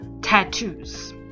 tattoos